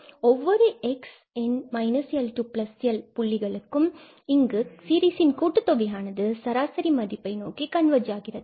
ஒவ்வொரு x in L to L புள்ளிகளுக்கும் இங்கு சீரிஸ் ன் கூட்டுத்தொகை ஆனது சராசரி மதிப்பை நோக்கி கண்வர்ஜ் ஆகிறது